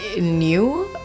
new